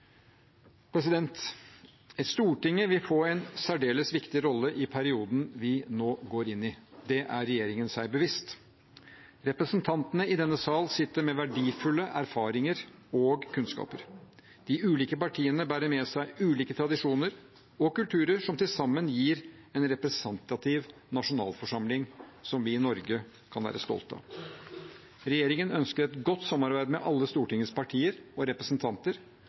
Stortinget vil få en særdeles viktig rolle i perioden vi nå går inn i. Det er regjeringen seg bevisst. Representantene i denne sal sitter med verdifulle erfaringer og kunnskaper. De ulike partiene bærer med seg ulike tradisjoner og kulturer som til sammen gir en representativ nasjonalforsamling som vi i Norge kan være stolt av. Regjeringen ønsker et godt samarbeid med alle Stortingets partier og representanter,